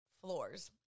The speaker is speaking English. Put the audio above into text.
floors